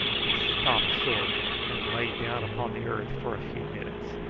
he stopped short and lay down upon the earth for a few minutes,